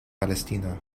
palestina